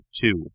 two